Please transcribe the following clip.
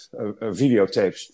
videotapes